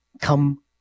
come